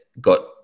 got